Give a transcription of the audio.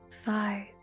five